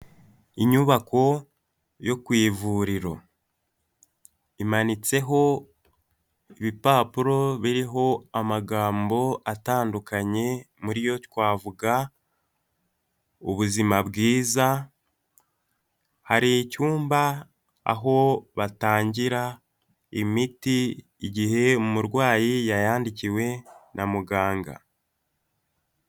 Inyubako yo ku ivuriro, imanitseho ibipapuro biriho amagambo atandukanye muri yo twavuga ubuzima bwiza, hari icyumba aho batangira imiti igihe umurwayi yayandikiwe na muganga.